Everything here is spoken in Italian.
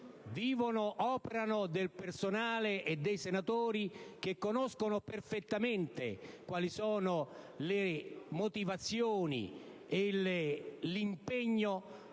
operano personale e senatori che conoscono perfettamente quali sono le motivazioni e l'impegno